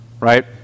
Right